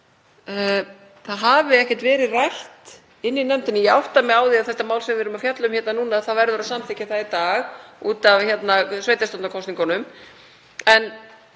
það hafi ekkert verið rætt í nefndinni. Ég átta mig á því að þetta mál sem við erum að fjalla um núna, það verður að samþykkja það í dag út af sveitarstjórnarkosningunum